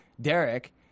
Derek